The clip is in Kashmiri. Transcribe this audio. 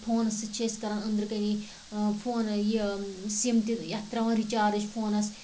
فونَس سۭتۍ چھِ أسۍ کَران أنٛدرٕ کَنی فون یہِ سِم تہِ یَتھ ترٛاون رِچارٕج فونَس